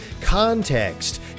context